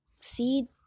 See